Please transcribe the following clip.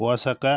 Osaka